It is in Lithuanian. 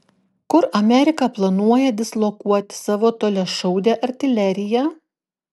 kur amerika planuoja dislokuoti savo toliašaudę artileriją